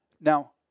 Now